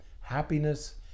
happiness